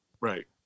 Right